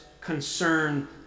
concern